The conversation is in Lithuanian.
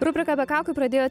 rubriką be kaukių pradėjo